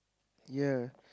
ya